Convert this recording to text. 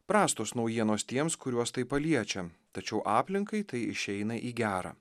prastos naujienos tiems kuriuos tai paliečia tačiau aplinkai tai išeina į gera